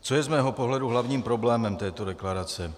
Co je z mého pohledu hlavním problémem této deklarace?